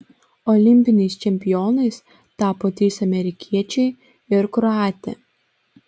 olimpiniais čempionais tapo trys amerikiečiai ir kroatė